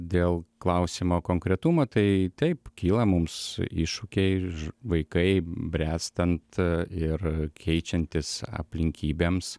dėl klausimo konkretumo tai taip kyla mums iššūkiai vaikai bręstant ir keičiantis aplinkybėms